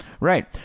Right